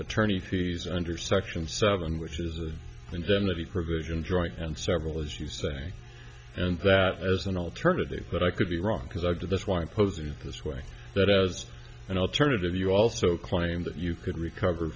attorney fees under section seven which is the indemnity provision joint and several as you say and that as an alternative that i could be wrong because i did this why impose in this way that as an alternative you also claim that you could recover